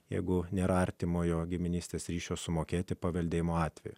jeigu nėra artimojo giminystės ryšio sumokėti paveldėjimo atveju